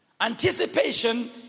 Anticipation